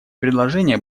предложения